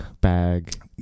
bag